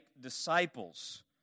disciples